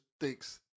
thinks